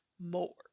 more